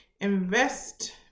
invest